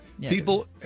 people